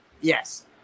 yes